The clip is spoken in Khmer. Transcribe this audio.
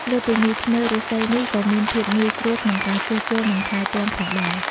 លើសពីនេះ ធ្នើរឬស្សីនេះក៏មានភាពងាយស្រួលក្នុងការជួសជុល និងថែទាំផងដែរ។